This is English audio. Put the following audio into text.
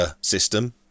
system